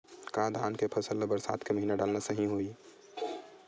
का धान के फसल ल बरसात के महिना डालना सही होही?